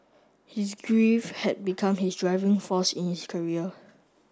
his grief had become his driving force in his career